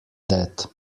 that